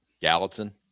Gallatin